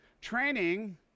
Training